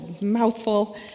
mouthful